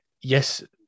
yes